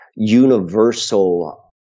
universal